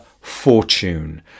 fortune